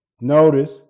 Notice